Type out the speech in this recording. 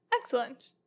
Excellent